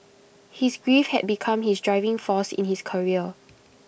his grief had become his driving force in his career